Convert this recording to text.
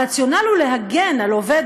הרציונל הוא להגן על עובד,